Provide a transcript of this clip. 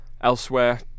Elsewhere